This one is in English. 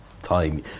time